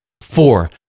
Four